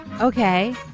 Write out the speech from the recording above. Okay